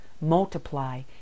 multiply